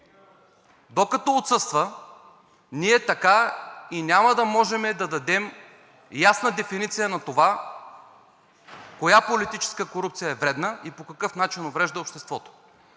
докато отсъства, ние така няма да можем да дадем ясна дефиниция на това коя политическа корупция е вредна и по какъв начин уврежда обществото.